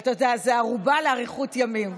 זו ערובה לאריכות ימים.